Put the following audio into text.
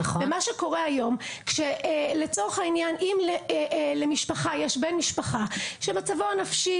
ומה שקורה היום לצורך העניין אם למשפחה יש בן משפחה שמצבו הנפשי